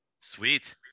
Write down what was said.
Sweet